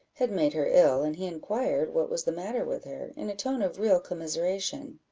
had made her ill, and he inquired what was the matter with her, in a tone of real commiseration.